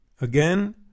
Again